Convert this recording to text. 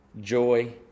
joy